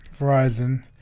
Verizon